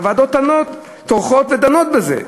הוועדות טורחות ודנות בזה.